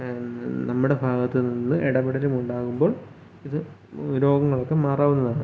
നമ്മടെ ഭാഗത്ത് നിന്ന് ഇടപെടലുമുണ്ടാകുമ്പോൾ ഇത് രോഗങ്ങളൊക്കെ മാറാവുന്നതാണ്